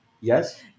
Yes